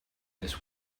this